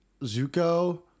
Zuko